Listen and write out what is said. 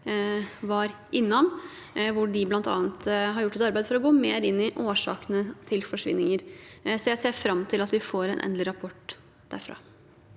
debatt, hvor de bl.a. har gjort et arbeid for å gå mer inn i årsakene til forsvinninger. Jeg ser fram til at vi får en endelig rapport derfra.